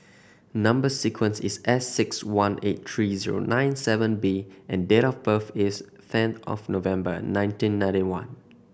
number sequence is S six one eight three zero nine seven B and date of birth is ten of November nineteen ninety one